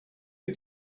the